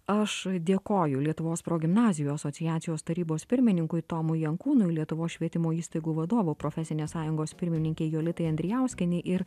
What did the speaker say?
aš dėkoju lietuvos progimnazijų asociacijos tarybos pirmininkui tomui jankūnui lietuvos švietimo įstaigų vadovų profesinės sąjungos pirmininkei jolitai andrijauskienei ir